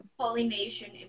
pollination